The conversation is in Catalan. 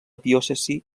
diòcesi